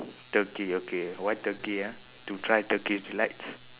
turkey okay why turkey ah to try turkey delights